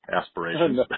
aspirations